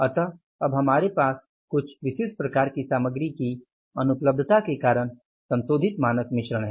अतः अब हमारे पास कुछ विशिष्ट प्रकार की सामग्री की अनुपलब्धता के कारण संशोधित मानक मिश्रण है